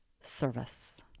Service